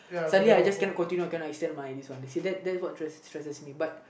suddenly I just cannot continue cannot extend my this one you see that that that's what stress stresses me